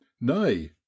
nay